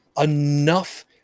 enough